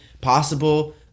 possible